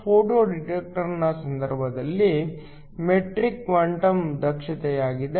photo detector ನ ಸಂದರ್ಭದಲ್ಲಿ metric quantum ದಕ್ಷತೆಯಾಗಿದೆ